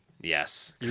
Yes